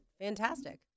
fantastic